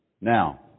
Now